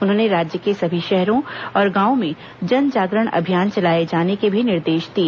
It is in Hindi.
उन्होंने राज्य के सभी शहरों और गांवों में जन जागरण अभियान चलाए जाने के भी निर्देश दिए